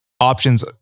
options